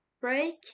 break